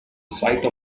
site